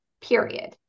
period